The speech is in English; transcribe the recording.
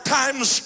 times